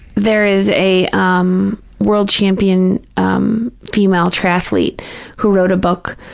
there is a um world-champion um female triathlete who wrote a book.